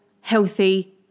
healthy